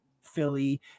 Philly